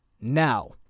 now